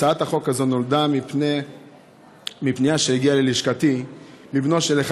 הצעת החוק הזו נולדה מפנייה שהגיעה ללשכתי מבנו של אחד